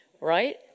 Right